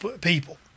people